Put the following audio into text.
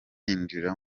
yinjira